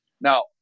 Now